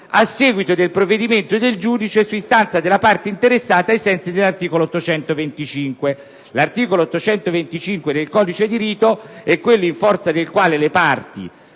«a seguito del provvedimento del giudice su istanza della parte interessata ai sensi dell'articolo 825». L'articolo 825 del codice di rito è quello in forza del quale le parti,